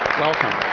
welcome.